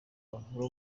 bavura